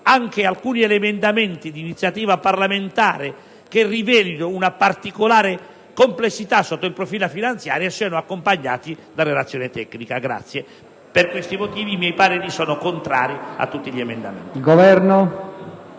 anche gli emendamenti di iniziativa parlamentare che rivelino una particolare complessità sotto il profilo finanziario siano accompagnati da relazione tecnica. Per questi motivi, il mio parere è contrario su tutti gli emendamenti riferiti